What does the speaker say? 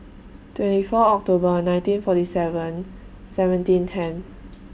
twenty four October nineteen forty seven seventeen ten